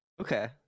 okay